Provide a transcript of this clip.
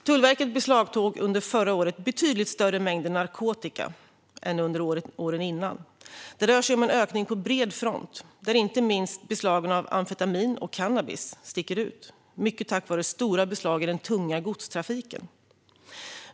Tullverket beslagtog under förra året betydligt större mängder narkotika än under åren innan. Det rör sig om en ökning på bred front, där inte minst beslagen av amfetamin och cannabis sticker ut, mycket tack vare stora beslag i den tunga godstrafiken.